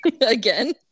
Again